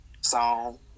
song